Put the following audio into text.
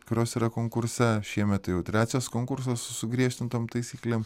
kurios yra konkurse šiemet tai jau trečias konkursas su sugriežtintom taisyklėm